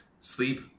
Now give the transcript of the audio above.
sleep